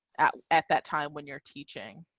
at at that time when you're teaching.